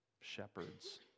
shepherds